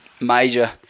major